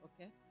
okay